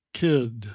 kid